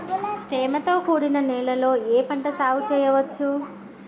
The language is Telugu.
తేమతో కూడిన నేలలో ఏ పంట సాగు చేయచ్చు?